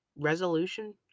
resolution